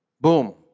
Boom